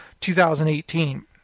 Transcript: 2018